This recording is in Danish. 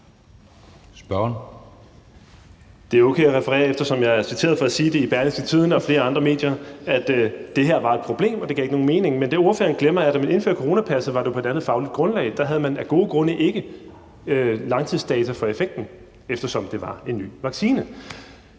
(RV): Det er okay at referere det, eftersom jeg er citeret for at sige i Berlingske og flere andre medier, at det her var et problem, og at det ikke gav nogen mening. Men det, ordføreren glemmer, er, at da man indførte coronapasset, var det jo på et andet fagligt grundlag. Der havde man af gode grunde ikke langtidsdata for effekten, eftersom det var en ny vaccine.